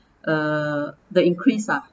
uh the increase lah